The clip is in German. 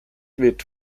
wird